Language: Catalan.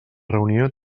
reunió